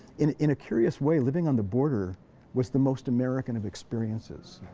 in in a curious way, living on the border was the most american of experiences,